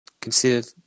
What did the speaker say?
consider